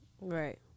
right